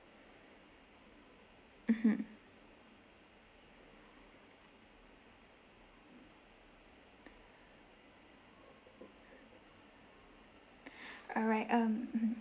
mmhmm alright um